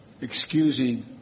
excusing